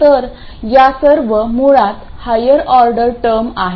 तर या सर्व मुळात हायर ऑर्डर टर्म आहेत